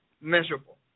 measurable